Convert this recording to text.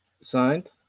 Signed